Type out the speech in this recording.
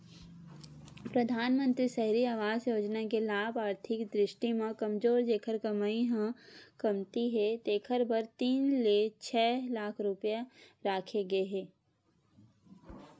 परधानमंतरी सहरी आवास योजना के लाभ आरथिक दृस्टि म कमजोर जेखर कमई ह कमती हे तेखर बर तीन ले छै लाख रूपिया राखे गे हे